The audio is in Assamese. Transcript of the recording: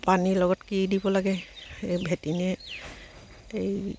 পানীৰ লগত কি দিব লাগে সেই এই